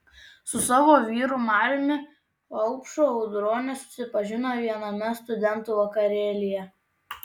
su savo vyru mariumi vaupšu audronė susipažino viename studentų vakarėlyje